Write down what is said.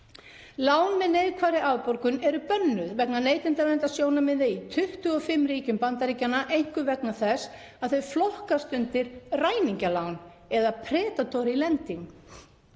„Lán með neikvæðri afborgun eru bönnuð vegna neytendaverndarsjónarmiða í 25 ríkjum Bandaríkjanna, einkum vegna þess að þau flokkast undir ræningjalán eða „predatory lending“